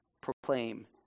proclaim